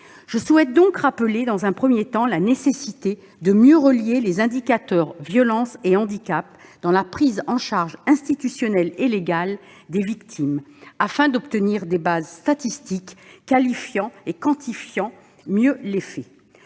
Je souhaite donc rappeler dans un premier temps qu'il est nécessaire de mieux relier les indicateurs de « violence » et de « handicap » dans la prise en charge institutionnelle et légale des victimes, afin d'obtenir des bases statistiques qualifiant et quantifiant mieux les faits.